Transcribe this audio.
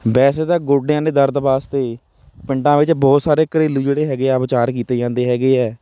ਵੈਸੇ ਤਾਂ ਗੋਡਿਆਂ ਦੇ ਦਰਦ ਵਾਸਤੇ ਪਿੰਡਾਂ ਵਿੱਚ ਬਹੁਤ ਸਾਰੇ ਘਰੇਲੂ ਜਿਹੜੇ ਹੈਗੇ ਆ ਉਪਚਾਰ ਕੀਤੇ ਜਾਂਦੇ ਹੈਗੇ ਆ